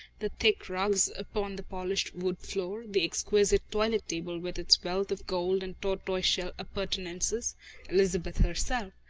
the thick rugs upon the polished wood floor, the exquisite toilet table with its wealth of gold and tortoiseshell appurtenances elizabeth herself,